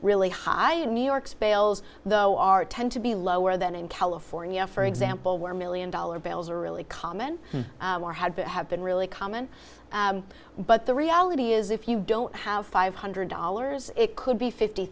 really high in new york's bales though are tend to be lower than in california for example where million dollar bills are really common or had to have been really common but the reality is if you don't have five hundred dollars it could be fifty